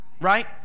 right